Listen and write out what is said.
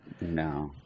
No